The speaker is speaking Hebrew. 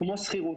כמו שכירות.